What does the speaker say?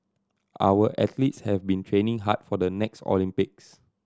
our athletes have been training hard for the next Olympics